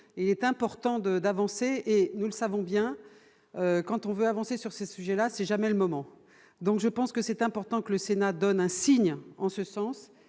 il est important de d'avancer et nous le savons bien quand on veut avancer sur ces sujets-là, si jamais le moment donc je pense que c'est important que le Sénat donne un signe en ce sens